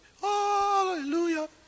hallelujah